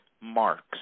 marks